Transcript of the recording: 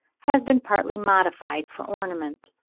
have been partly modified for ornament.